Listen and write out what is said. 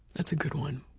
that's a good one.